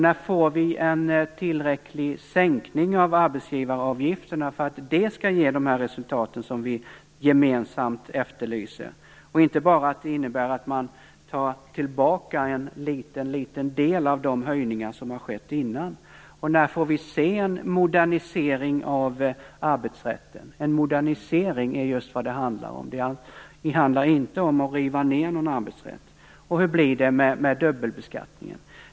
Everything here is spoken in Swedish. När får vi en sänkning av arbetsgivaravgifterna som är tillräcklig för att ge de resultat som vi gemensamt efterlyser och inte bara innebär att man tar tillbaka en mycket liten del av de höjningar som har skett dessförinnan? När får vi se en modernisering av arbetsrätten? En modernisering är just vad det handlar om; det handlar inte om att riva ned någon arbetsrätt. Och hur blir det med dubbelbeskattningen?